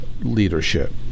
leadership